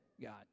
God